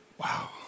Wow